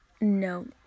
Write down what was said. No